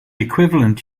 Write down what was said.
equivalent